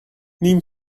نیم